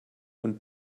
und